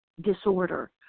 disorder